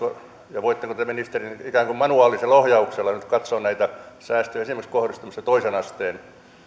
tarkasti voitteko te ministeri ikään kuin manuaalisella ohjauksella nyt katsoa näitä säästöjä esimerkiksi kohdistumista toisen asteen